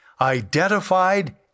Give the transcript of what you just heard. identified